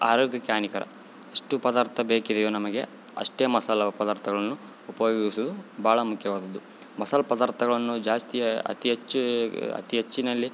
ಆರೋಗ್ಯಕ್ಕೆ ಹಾನಿಕರ ಇಷ್ಟು ಪದಾರ್ಥ ಬೇಕಿದೆಯೊ ನಮಗೆ ಅಷ್ಟೇ ಮಸಾಲೆ ಪದಾರ್ಥಗಳನ್ನು ಉಪಯೋಗಿಸುವುದು ಭಾಳ ಮುಖ್ಯವಾದದ್ದು ಮಸಾಲ ಪದಾರ್ಥಗಳನ್ನು ಜಾಸ್ತಿ ಅತಿ ಹೆಚ್ಚು ಅತಿ ಹೆಚ್ಚಿನ್ನಲ್ಲಿ